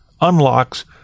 unlocks